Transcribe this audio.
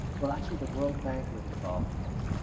well actually the world bank was involved in this.